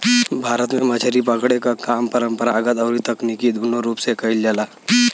भारत में मछरी पकड़े के काम परंपरागत अउरी तकनीकी दूनो रूप से कईल जाला